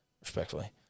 Respectfully